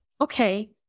okay